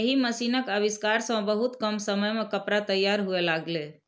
एहि मशीनक आविष्कार सं बहुत कम समय मे कपड़ा तैयार हुअय लागलै